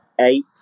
eight